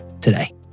today